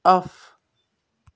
off